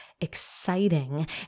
exciting